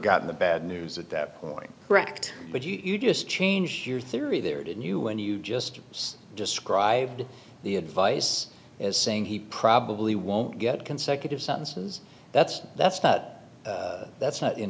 gotten the bad news at that point correct but you just changed your theory there didn't you when you just described the advice as saying he probably won't get consecutive sentences that's that's not that's not in